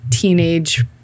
teenage